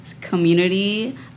community